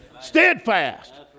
Steadfast